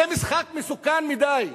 זה משחק מסוכן מדי,